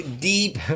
deep